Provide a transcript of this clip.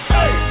hey